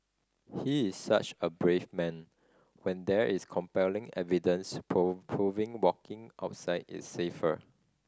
he is such a brave man when there is compelling evidence prove proving walking outside is safer